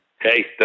Hey